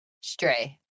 stray